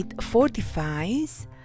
fortifies